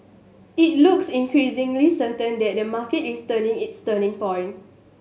it looks increasingly certain that the market is nearing its turning point